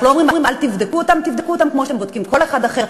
אנחנו לא אומרים: